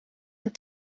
een